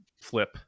flip